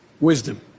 wisdom